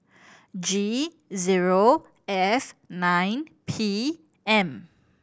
G zero F nine P M